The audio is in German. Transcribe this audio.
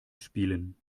spielen